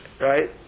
right